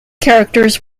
characters